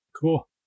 Cool